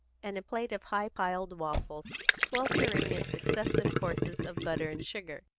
and a plate of high-piled waffles, sweltering in successive courses of butter and sugar.